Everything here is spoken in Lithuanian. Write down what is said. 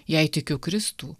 jei tikiu kristų